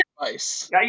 advice